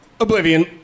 Oblivion